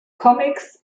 comics